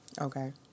Okay